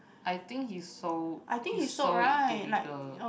I think he's so he's so to people